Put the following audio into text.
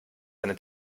eine